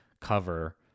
cover